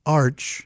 arch